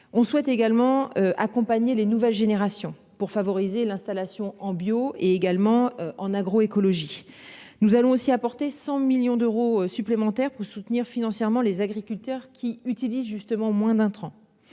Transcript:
On souhaite également accompagner les nouvelles générations pour favoriser l'installation en bio est également en agro-écologie. Nous allons aussi apporter 100 millions d'euros supplémentaires pour soutenir financièrement les agriculteurs qui utilisent justement moins d'intrants.